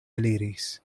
eliris